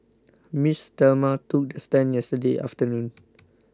Miss Thelma took the stand yesterday afternoon